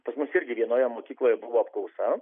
pas mus irgi vienoje mokykloje buvo apklausa